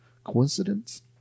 coincidence